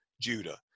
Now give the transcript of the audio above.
Judah